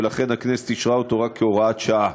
ולכן הכנסת אישרה אותו רק כהוראת שעה,